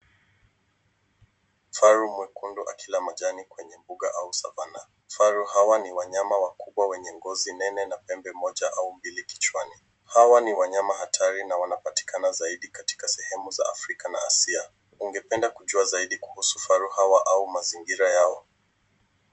Kifaru mwekundu akila majani kwenye mbuga au savana, vifaru hawa ni wanyama wakubwa wenye ngozi nene na pembe Moja au mbili kichwani, Hawa ni wanyama hatari na wanapatikana zaidi katika sehemu za afrika na hasia ,ungependa kujua zaidi huhusu vifaru hawa au mazingira yao